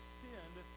sinned